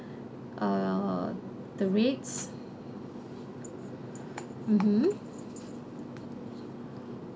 err the rates mmhmm